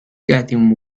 getting